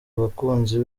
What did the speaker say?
abakunzi